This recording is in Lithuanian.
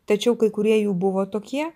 tačiau kai kurie jų buvo tokie